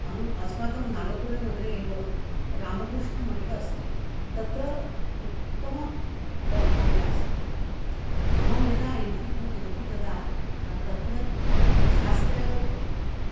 अहम् अस्माकं नागपुरनगरे एव रामकृष्णमठम् अस्ति तत्र उत्तमग्रन्थालयः अस्ति अहं यदा एम् फ़िल् कृतवती तदा तत्वद् शास्त्रम्